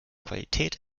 qualität